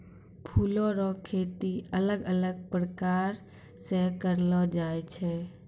फूलो रो खेती अलग अलग प्रकार से करलो जाय छै